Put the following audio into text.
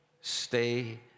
Stay